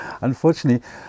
unfortunately